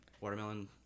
Watermelon